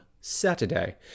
Saturday